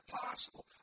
possible